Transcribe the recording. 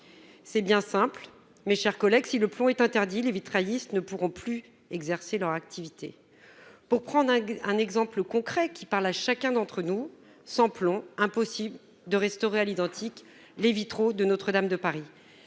c'est bien simple : si le plomb est interdit, les vitraillistes ne pourront plus exercer leur activité. Pour prendre un exemple concret qui parle à chacun d'entre nous, sans plomb, il serait impossible de restaurer à l'identique les vitraux de Notre-Dame de Paris.